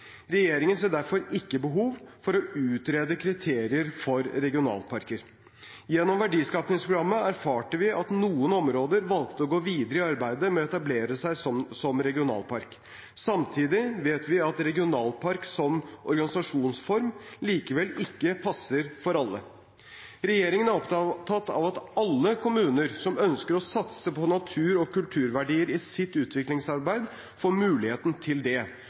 Regjeringen ser derfor ikke behov for å utrede kriterier for regionalparker. Gjennom verdiskapingsprogrammet erfarte vi at noen områder valgte å gå videre i arbeidet med å etablere seg som regionalpark. Samtidig vet vi at regionalpark som organisasjonsform likevel ikke passer for alle. Regjeringen er opptatt av at alle kommuner som ønsker å satse på natur- og kulturverdier i sitt utviklingsarbeid, får muligheten til det,